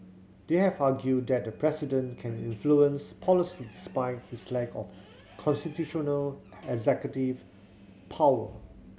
they have argued that the president can influence policy despite his lack of constitutional executive power